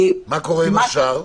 מה קורה עם השאר?